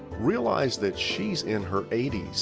realize that she's in her eighty s.